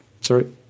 sorry